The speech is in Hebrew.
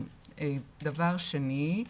דבר שני,